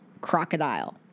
Crocodile